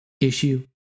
issue